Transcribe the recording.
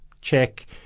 check